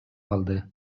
калды